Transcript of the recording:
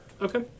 Okay